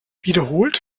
wiederholt